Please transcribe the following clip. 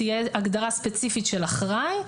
תהיה הגדרה ספציפית של אחראי.